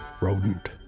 rodent